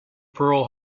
pearl